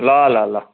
ल ल ल